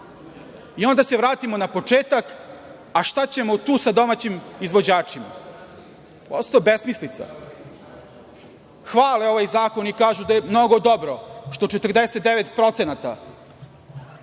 Onda se vratimo na početak, a šta ćemo tu sa domaćim izvođačima? To je prosto besmislica. Hvale ovaj zakon i kažu da je mnogo dobro što 49% usluga